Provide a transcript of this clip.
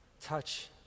touch